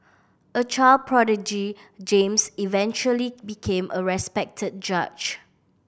a child prodigy James eventually became a respected judge